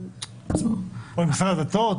או עם משרד הדתות?